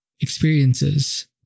experiences